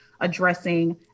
addressing